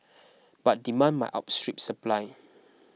but demand might outstrip supply